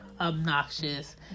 obnoxious